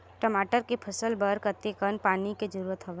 टमाटर के फसल बर कतेकन पानी के जरूरत हवय?